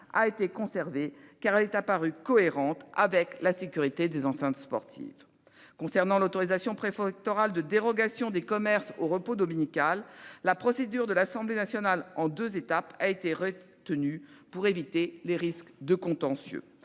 a été conservée. Elle a paru cohérente avec la sécurité des enceintes sportives. Pour ce qui concerne l'autorisation préfectorale de dérogation des commerces au repos dominical, la procédure de l'Assemblée nationale, en deux étapes, a été retenue pour éviter les risques de contentieux.